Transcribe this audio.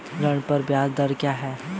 ऋण पर ब्याज दर क्या है?